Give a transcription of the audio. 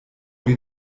dir